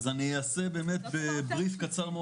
אז אני אעשה באמת בריף קצר,